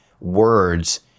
words